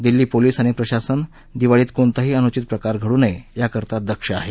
Delhi police आणि प्रशासन दिवाळी कोणताही अन्चित प्रकार घडुन नये याकरता दक्ष आहे